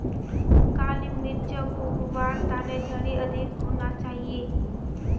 काली मिर्चक उग वार तने झड़ी अधिक होना चाहिए